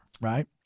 right